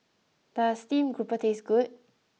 does Steamed Grouper taste good